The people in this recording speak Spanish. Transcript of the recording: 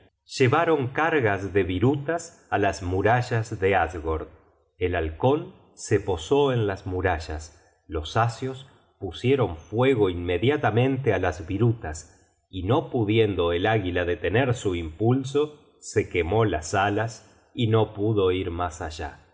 llevaron cargas de virutas á las murallas de asgord el halcon se posó en las murallas los asios pusieron fuego inmediatamente á las virutas y no pudiendo el águila detener su impulso se quemó las alas y no pudo ir mas allá